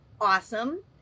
awesome